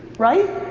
right?